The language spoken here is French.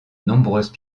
nombreuses